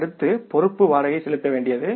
அடுத்த பொறுப்பு வாடகை செலுத்த வேண்டியது